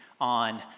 on